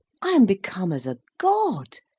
i am become as a god.